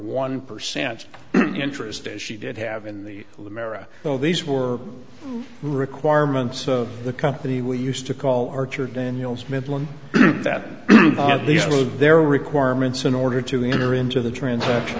one percent interest as she did have in the america so these were the requirements of the company we used to call archer daniels midland that these were their requirements in order to enter into the transaction